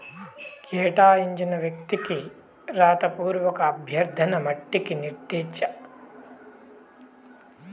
కేటాయించిన వ్యక్తికి రాతపూర్వక అభ్యర్థన మట్టికి నిర్దిష్ట చెక్కుల చెల్లింపు నిలిపివేయబడతాంది